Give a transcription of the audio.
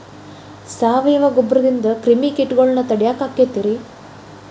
ಸಾವಯವ ಗೊಬ್ಬರದಿಂದ ಕ್ರಿಮಿಕೇಟಗೊಳ್ನ ತಡಿಯಾಕ ಆಕ್ಕೆತಿ ರೇ?